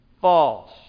False